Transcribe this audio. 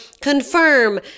confirm